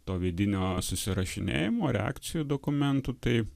to vidinio susirašinėjimo reakcijų dokumentų tai